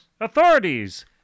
Authorities